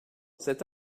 cet